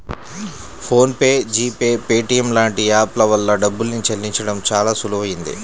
phone pay, GPay, Paytm లాంటి app ల వల్ల డబ్బుల్ని చెల్లించడం చానా సులువయ్యింది